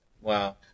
Wow